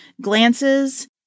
glances